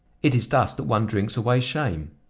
it is thus that one drinks away shame.